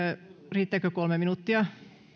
riittääkö kolme minuuttia